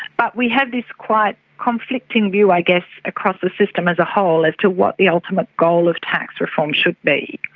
but we have this quite conflicting view i guess across the system as a whole as to what the ultimate goal of tax reform should be.